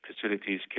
facilities